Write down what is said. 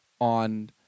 on